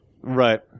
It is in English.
Right